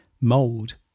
mold